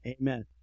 Amen